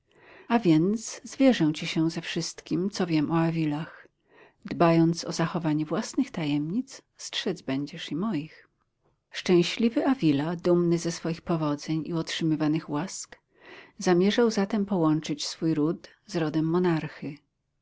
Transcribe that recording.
a więc zwierzę ci się ze wszystkim co wiem o avilach dbając o zachowanie własnych tajemnic strzec będziesz i moich szczęśliwy avila dumny ze swoich powodzeń i otrzymywanych łask zamierzał zatem połączyć swój ród z rodem monarchy